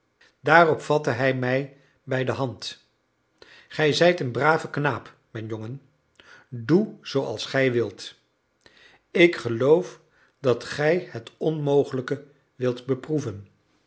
daarop vatte hij mij bij de hand gij zijt een brave knaap mijn jongen doe zooals gij wilt ik geloof dat gij het onmogelijke wilt beproeven